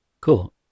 Cool